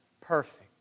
perfect